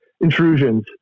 intrusions